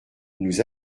nous